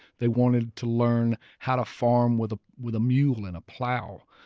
they wanted to learn how to farm with ah with a mule and a plow.